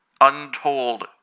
untold